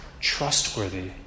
trustworthy